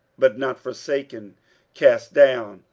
but not forsaken cast down,